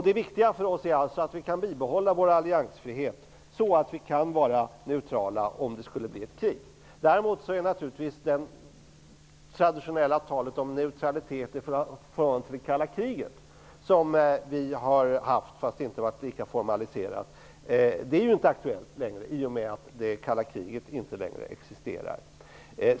Det viktiga för oss är alltså att vi kan bibehålla vår alliansfrihet så att vi kan vara neutrala om det skulle bli ett krig. Det har funnits ett traditionellt tal om neutralitet i förhållande till det kalla kriget, men det har inte varit lika formaliserat. Det är naturligtvis inte lika aktuellt längre, i och med att det kalla kriget inte längre existerar.